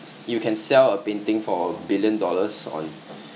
you can sell a painting for a billion dollars on